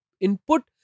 input